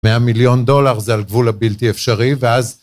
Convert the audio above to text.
100 מיליון דולר זה על גבול הבלתי אפשרי, ואז